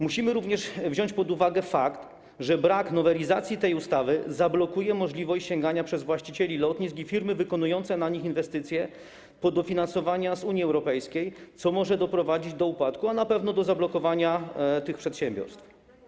Musimy również wziąć pod uwagę fakt, że brak nowelizacji tej ustawy zablokuje możliwość sięgania przez właścicieli lotnisk i firmy wykonujące na nich inwestycje po dofinansowanie z Unii Europejskiej, co może doprowadzić do upadku, a na pewno do zablokowania tych przedsiębiorstw.